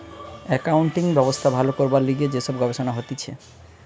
accounting ব্যবস্থা ভালো করবার লিগে যে সব গবেষণা হতিছে